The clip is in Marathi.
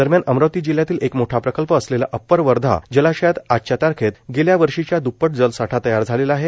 दरम्यान अमरावती जिल्ह्यातील एक मोठा प्रकल्प असलेल्या अप्पर वर्धा जलाशयात आजच्या तारखेत द्पट जलसाठा तयार झालेला आहे